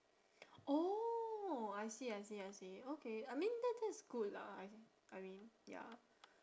oh I see I see I see okay I mean that that's good lah I thi~ I mean ya